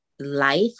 Life